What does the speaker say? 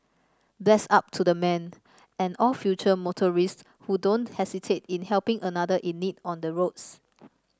bless up to the man and all future motorists who don't hesitate in helping another in need on the roads